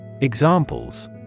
Examples